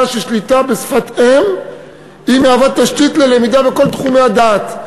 ששליטה בשפת אם היא תשתית ללמידה בכל תחומי הדעת,